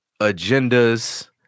agendas